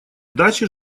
даче